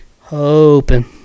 Hoping